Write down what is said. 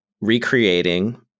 recreating